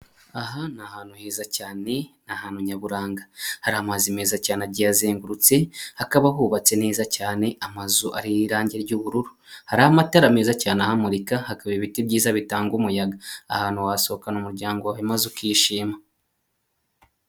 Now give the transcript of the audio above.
Aha ni ahantu heza cyane ni ahantu nyaburanga, hari amazi meza cyane agiye azengurutse, akaba hubatse neza cyane amazu ariho irangi ry'ubururu, hari amatara meza cyane ahamurika hakaba ibiti byiza bitanga umuyaga, aha hantu wasohokana umuryango maze ukishima.